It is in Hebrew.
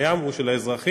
הים הוא של האזרחים,